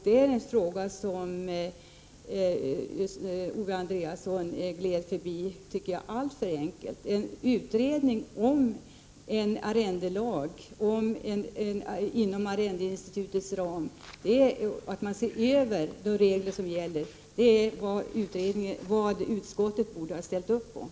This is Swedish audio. Detta är en fråga som Owe Andréasson gled förbi alltför enkelt enligt min uppfattning. Utskottet borde ha ställt upp på förslaget om en utredning med uppgift att se över frågan om en arrendelag samt de regler som gäller inom arrendeinstitutets ram.